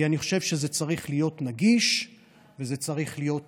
כי אני חושב שזה צריך להיות נגיש וזה צריך להיות